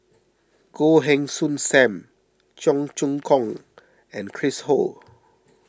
Goh Heng Soon Sam Cheong Choong Kong and Chris Ho